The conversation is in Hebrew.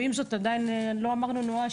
ועם זאת עדיין לא אמרנו נואש,